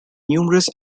numerous